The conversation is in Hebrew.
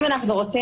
אם אנחנו נצטרך